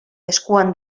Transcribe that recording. eskuan